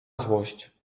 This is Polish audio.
złość